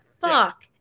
fuck